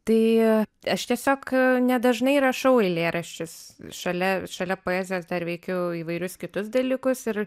tai aš tiesiog nedažnai rašau eilėraščius šalia šalia poezijos dar veikiu įvairius kitus dalykus ir